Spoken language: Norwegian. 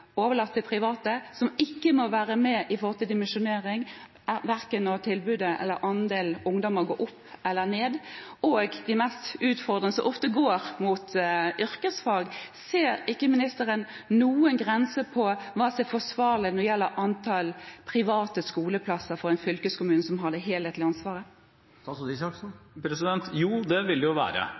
overlatt til private, som ikke må dimensjonere, verken når andelen ungdommer går opp, eller når den går ned, og de mest utfordrende elevene ofte går til yrkesfag, ser ikke ministeren noen grense for hva som er forsvarlig når det gjelder antallet private skoleplasser for en fylkeskommune, som har det helhetlige ansvaret? Jo, det vil det være. Det vil være